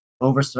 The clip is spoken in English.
over